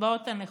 קצבאות הנכות.